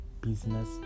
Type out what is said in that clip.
business